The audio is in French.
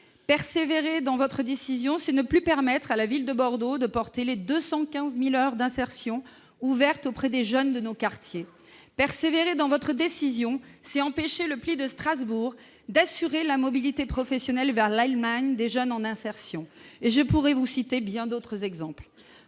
Persévérer dans votre décision, c'est ne plus permettre à la ville de Bordeaux de porter les 215 000 heures d'insertion ouvertes auprès des jeunes de nos quartiers ! Persévérer dans votre décision, c'est empêcher, à Strasbourg, le PLIE, le plan local pour l'insertion et l'emploi, d'assurer la mobilité professionnelle vers l'Allemagne des jeunes en insertion. Et je pourrais vous citer bien d'autres exemples